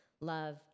love